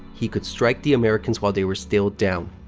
he could strike the americans while they were still down.